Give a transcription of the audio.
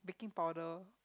baking powder orh